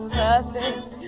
perfect